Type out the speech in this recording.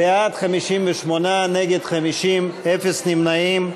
בעד 58, נגד, 50, אפס נמנעים.